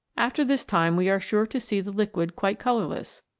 after this time we are sure to see the liquid quite colourless,